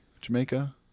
Jamaica